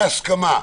אתה חבר במשפחת פשע.